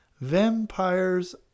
Vampires